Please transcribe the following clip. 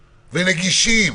נגישים,